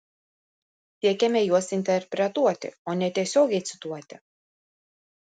siekiame juos interpretuoti o ne tiesiogiai cituoti